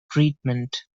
treatment